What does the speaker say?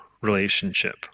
relationship